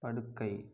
படுக்கை